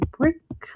break